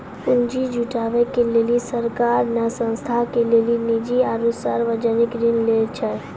पुन्जी जुटावे के लेली सरकार ने संस्था के लेली निजी आरू सर्वजनिक ऋण लै छै